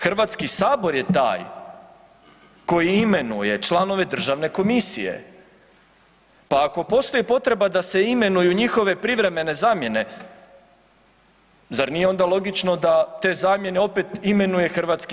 HS je taj koji imenuje članove državne komisije, pa ako postoji potreba da se imenuju njihove privremene zamjene, zar nije onda logično da te zamjene opet imenuje HS?